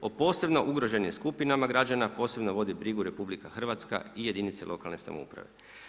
Po posebno ugroženim skupinama građana, posebno vodi brigu RH i jedinice lokalne samouprave.